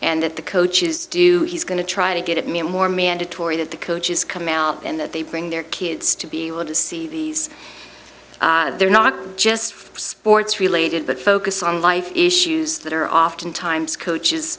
and that the coaches do he's going to try to get me more mandatory that the coaches come out and that they bring their kids to be able to see these they're not just sports related but focus on life issues that are oftentimes coaches